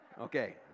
Okay